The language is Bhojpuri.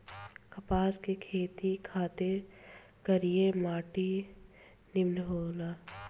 कपास के खेती खातिर करिया माटी निमन होला